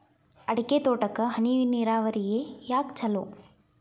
ಅಡಿಕೆ ತೋಟಕ್ಕ ಹನಿ ನೇರಾವರಿಯೇ ಯಾಕ ಛಲೋ?